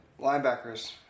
linebackers